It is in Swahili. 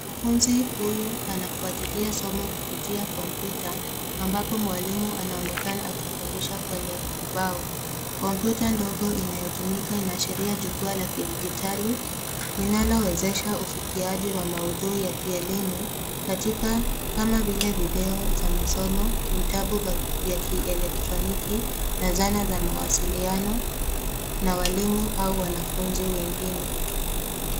Mwanafunzi huyu anafuatilia somo kupitia kompyuta ambapo mwalimu anaonekana akifunza kwenye ubao. Kompyuta ndogo inayotumika linaashiria jukwa la kidijitali inayowezesha ufikiaji wa maudhui ya kielimu kama vile video za masomo, vitabu za kielektroniki na zana za mawasiliano na walimu au wanafunzi wengine.